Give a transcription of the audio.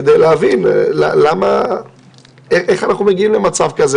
כדי להבין איך אנחנו מגיעים למצב כזה